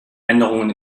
änderungen